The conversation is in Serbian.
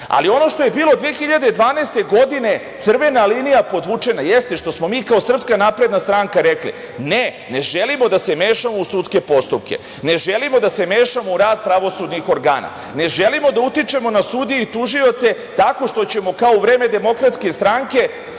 DS.Ono što je bilo 2012. godine, crvena linija podvučena, jeste što smo mi kao SNS rekli – ne, ne želimo da se mešamo u sudske postupke, ne želimo da se mešamo u rad pravosudnih organa, ne želimo da utičemo na sudije i tužioce tako što ćemo kao u vreme DS stavljati na